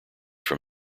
from